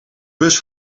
bus